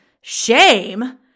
Shame